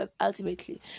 ultimately